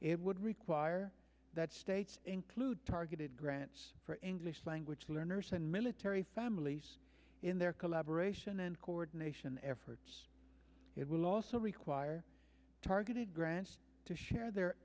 it would require that states include targeted grants for english language learners and military families in their collaboration and coordination efforts it will also require targeted grants to share their